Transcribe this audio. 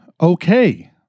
okay